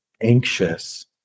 anxious